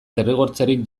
derrigortzerik